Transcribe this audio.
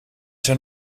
zijn